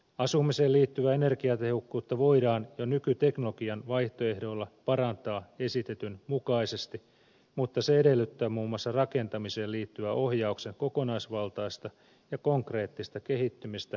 asumiseen liittyvää energiatehokkuutta voidaan jo nykyteknologian vaihtoehdoilla parantaa esitetyn mukaisesti mutta se edellyttää muun muassa rakentamiseen liittyvän ohjauksen kokonaisvaltaista ja konkreettista kehittymistä vastaavasti